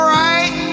right